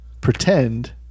pretend